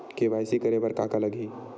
KYC करे बर का का लगही?